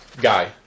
Guy